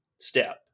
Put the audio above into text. step